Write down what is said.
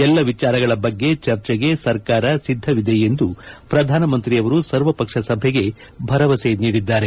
ಎಲ್ಲ ವಿಚಾರಗಳ ಬಗ್ಗೆ ಚರ್ಚೆಗೆ ಸರ್ಕಾರ ಸಿದ್ದವಿದೆ ಎಂದು ಪ್ರಧಾನಮಂತ್ರಿಯವರು ಸರ್ವಪಕ್ಷ ಸಭೆಗೆ ಭರವಸೆ ನೀಡಿದ್ದಾರೆ